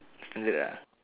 standard ah